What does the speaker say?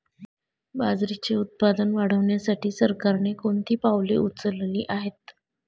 बाजरीचे उत्पादन वाढविण्यासाठी सरकारने कोणती पावले उचलली आहेत?